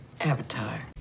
avatar